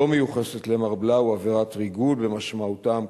לא מיוחסת למר בלאו עבירת "ריגול" במשמעותה המקובלת.